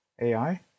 AI